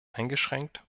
eingeschränkt